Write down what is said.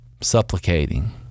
supplicating